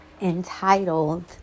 entitled